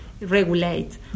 regulate